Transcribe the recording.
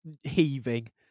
heaving